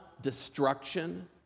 destruction